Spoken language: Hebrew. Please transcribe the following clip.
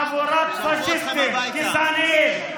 חבורת פשיסטים, גזענים.